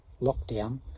lockdown